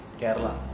Kerala